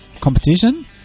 competition